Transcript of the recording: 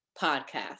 podcast